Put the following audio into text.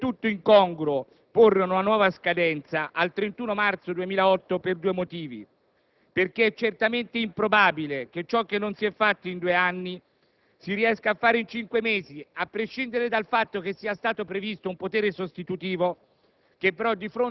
è del tutto incongruo porre una nuova scadenza al 31 marzo 2008 per due motivi. Da un lato, è certamente improbabile che ciò che non si è fatto in due anni si riesca a fare in cinque mesi, a prescindere dal fatto che sia stato previsto un potere sostitutivo